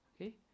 okay